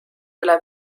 üle